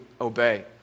obey